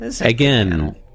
Again